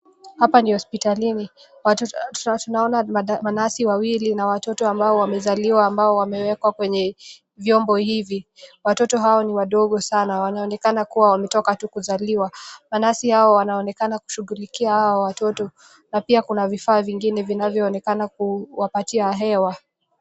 Hapa ndio hospitalini. Watoto tunaona manasi wawili na watoto ambao wamezaliwa ambao wamewekwa kwenye vyombo hivi. Watoto hao ni wadogo sana. Wanaonekana kuwa wametoka tu kuzaliwa. Manasi hao wanaonekana kushughulikia hawa watoto. Na pia kuna vifaa vingine vinavyoonekana kuwapatia hewa.